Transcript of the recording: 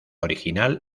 original